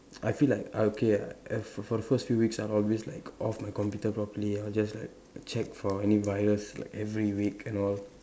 I feel like I okay I for the first few weeks I always like off my computer properly and I will just like check for any virus like every week and all